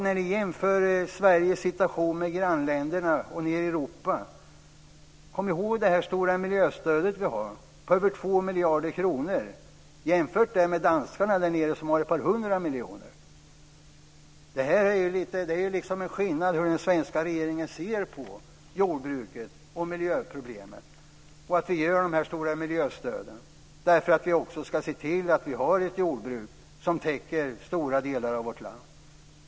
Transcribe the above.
När ni jämför Sveriges situation med grannländerna och länderna nere i Europa, kom då ihåg det stora miljöstöd vi har på över 2 miljarder kronor. Jämför det med danskarna som har ett par hundra miljoner. Det är en skillnad i hur den svenska regeringen ser på jordbruket och miljöproblemen.